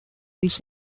this